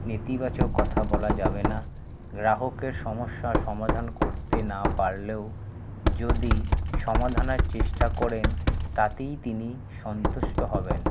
নেতিবাচক কথা বলা যাবে না গ্রাহকের সমস্যার সমাধান করতে না পারলেও যদি সমাধানের চেষ্টা করেন তাতেই তিনি সন্তুষ্ট হবেন